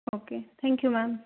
okay thank you ma'am